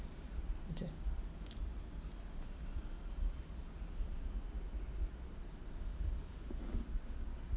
okay